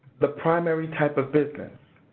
the primary type of business.